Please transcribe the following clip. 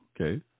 Okay